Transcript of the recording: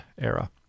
era